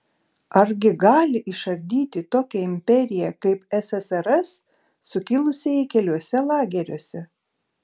argi gali išardyti tokią imperiją kaip ssrs sukilusieji keliuose lageriuose